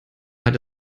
hat